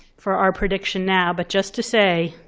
for our prediction now. but just to say,